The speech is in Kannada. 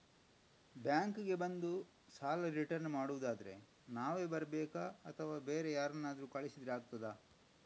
ಬ್ಯಾಂಕ್ ಗೆ ಬಂದು ಸಾಲ ರಿಟರ್ನ್ ಮಾಡುದಾದ್ರೆ ನಾವೇ ಬರ್ಬೇಕಾ ಅಥವಾ ಬೇರೆ ಯಾರನ್ನಾದ್ರೂ ಕಳಿಸಿದ್ರೆ ಆಗ್ತದಾ?